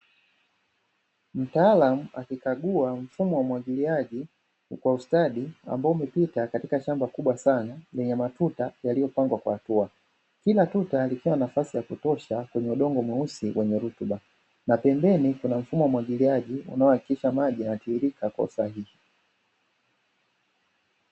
Mtaalamu akikagua mfumo wa umwagiliaji kwa matuta na pembeni kuna paipu za maji kwaajili ya kumwagilia